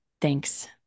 Thanks